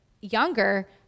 younger